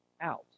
out